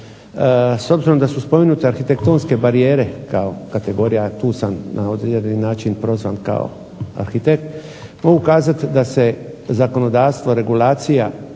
S obzirom da su spomenute arhitektonske barijere kao kategorija, tu sam na određeni način prozvan kao arhitekt, mogu kazati da se zakonodavstvo regulacija